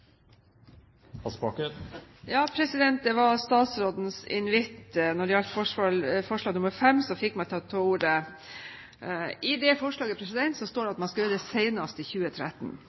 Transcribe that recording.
Det var statsrådens invitt når det gjaldt forslag nr. 5, som fikk meg til å ta ordet. I det forslaget står det at man skal foreta ny kartlegging senest i 2013.